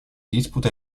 disputa